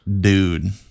dude